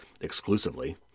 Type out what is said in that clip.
exclusively